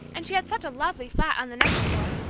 and she had such a lovely flat on the next floor,